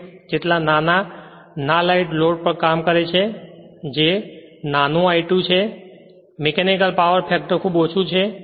8 જેટલા ના light load પર કામ કરે છે જે નાનું l2 છે મીકેનિકલ પાવર ફેક્ટર ખૂબ ઓછું છે